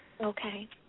Okay